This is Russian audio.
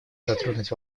затронуть